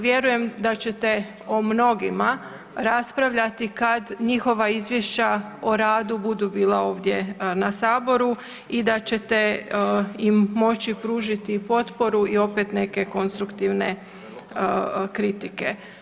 Vjerujem da ćete o mnogima raspravljati kad njihova izvješća o radu budu bila ovdje na saboru i da ćete im moći pružiti potporu i opet neke konstruktivne kritike.